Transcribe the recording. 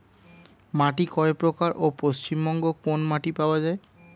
মাটি কয় প্রকার ও পশ্চিমবঙ্গ কোন মাটি পাওয়া য়ায়?